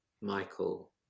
Michael